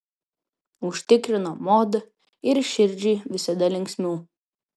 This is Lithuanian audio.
užtikrino mod ir širdžiai visada linksmiau